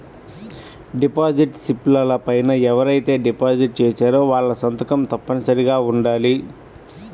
deposit స్లిపుల పైన ఎవరైతే డిపాజిట్ చేశారో వాళ్ళ సంతకం తప్పనిసరిగా ఉండాలి